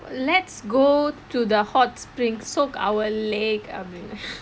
let's go to the hot spring soak our leg அப்படினு:appadinu